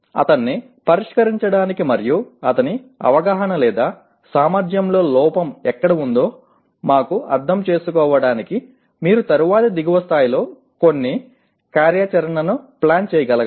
అతన్ని పరిష్కరించడానికి మరియు అతని అవగాహన లేదా సామర్థ్యంలో లోపం ఎక్కడ ఉందో మాకు అర్థం చేసుకోవడానికి మీరు తరువాతి దిగువ స్థాయిలో కొన్ని కార్యాచరణను ప్లాన్ చేయగలగాలి